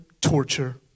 torture